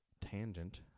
tangent